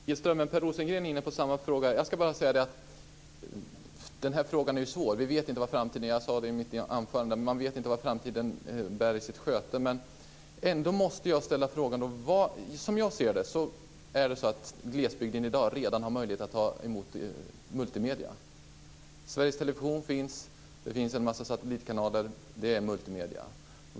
Fru talman! Jag tyckte inte att jag fick svar av Lisbeth Staaf-Igelström på min fråga, men Per Rosengren var inne på samma fråga. Frågan är svår. Vi vet inte vad framtiden ger. Jag sade i mitt anförande att vi inte vet vad framtiden bär i sitt sköte. Som jag ser det har glesbygden redan i dag möjlighet att emot multimedier. Sveriges television finns, det finns en massa satellitkanaler. Det är multimedier.